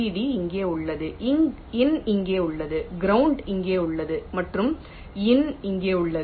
D இங்கே உள்ளது in இங்கே உள்ளது ground இங்கே உள்ளது மற்றும் in இங்கே உள்ளது